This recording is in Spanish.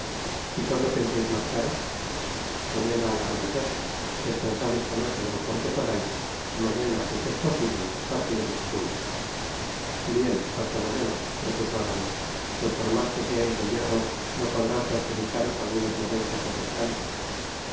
y cuando pensais marcharos mañana al amanecer descansad esta noche lo mejor que podais y mañana si os es posible partiremos juntos bien has ta mañana repuso arainis pues por mas que seais de hierro no podran perjudicaros algunos momentos de descanso